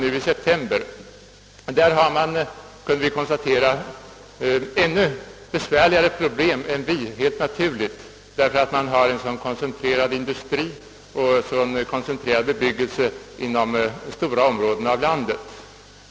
Där kunde vi konstatera att man helt naturligt har ännu besvärligare problem än vi, eftersom man har en mycket koncentrerad industri och koncentrerad bebyggelse inom stora områden av landet.